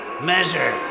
Measure